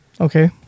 Okay